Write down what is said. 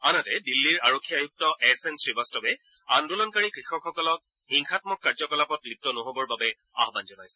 আনহাতে দিল্লীৰ আৰক্ষী আয়ুক্ত এছ এন শ্ৰীবাস্তৱে আন্দোলনকাৰী কৃষকসকলক হিংসামক কাৰ্যকলাপত লিগু নহ বৰ বাবে আহান জনাইছে